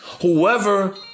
Whoever